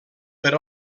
per